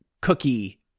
cookie